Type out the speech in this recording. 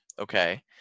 Okay